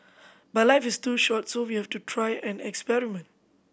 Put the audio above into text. but life is too short so we have to try and experiment